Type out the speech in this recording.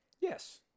Yes